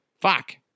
Fuck